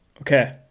okay